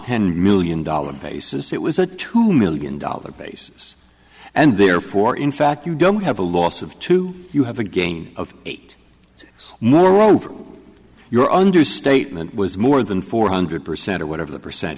ten million dollar basis it was a two million dollar basis and therefore in fact you don't have a loss of two you have a gain of eight moreover your under statement was more than four hundred percent or whatever the percent